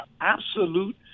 absolute